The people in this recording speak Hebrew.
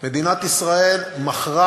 מדינת ישראל מכרה